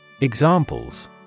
Examples